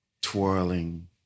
twirling